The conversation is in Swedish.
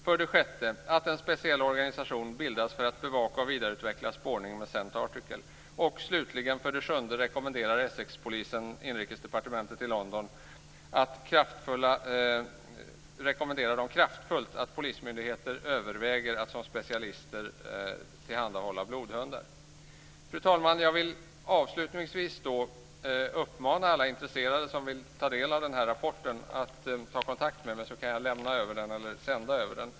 För det sjätte att en speciell organisation bildas för att bevaka och vidareutveckla spårning med scent article. För det sjunde, slutligen, rekommenderar Essexpolisen kraftfullt att inrikesdepartementet i London överväger att till alla polismyndigheter som specialister tillhandahålla blodhundar. Fru talman! Avslutningsvis vill jag uppmana alla intresserade som vill ta del av den här rapporten att ta kontakt med mig så kan jag lämna eller sända över den.